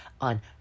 on